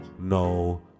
no